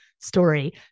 story